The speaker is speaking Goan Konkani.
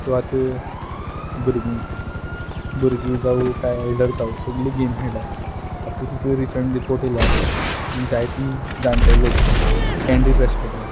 सो आतां भुरगीं भुरगीं जावूं कांय एल्डर जावूं सगलीं गेम खेयटा आतां सुद्दां रिसंट रिपोर्ट येयलें आसा जायतीं जाणटे लोक कँडी क्रश खेयटा